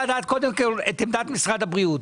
את עמדת משרד הבריאות.